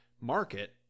market